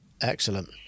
excellent